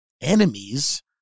enemies